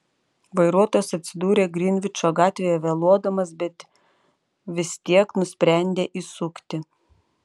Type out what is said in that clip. vairuotojas atsidūrė grinvičo gatvėje vėluodamas bet vis tiek nusprendė įsukti